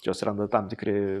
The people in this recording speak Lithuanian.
čia atsiranda tam tikri